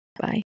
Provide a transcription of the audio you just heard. bye